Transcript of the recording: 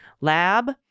Lab